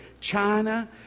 China